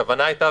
הכוונה הייתה,